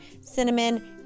cinnamon